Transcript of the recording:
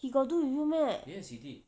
he got do with you meh